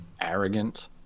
arrogant